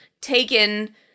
taken